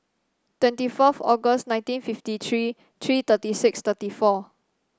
twenty four August nineteen fifty three three thirty six thirty four